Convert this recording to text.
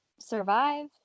Survive